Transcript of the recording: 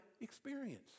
experience